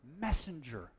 messenger